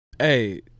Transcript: Hey